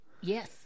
Yes